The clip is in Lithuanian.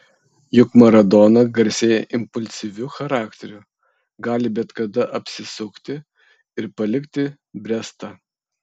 juk maradona garsėja impulsyviu charakteriu gali bet kada apsisukti ir palikti brestą